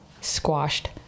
squashed